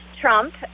Trump